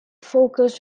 focused